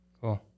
Cool